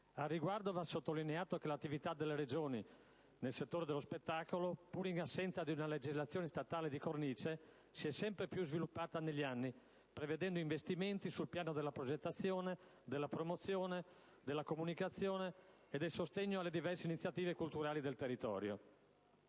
Al riguardo, va sottolineato che l'attività delle Regioni nel settore dello spettacolo, pur in assenza di una legislazione statale di cornice, si è sempre più sviluppata negli anni, prevedendo investimenti sul piano della progettazione, della promozione, della comunicazione e del sostegno alle diverse iniziative culturali del territorio.